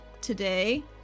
today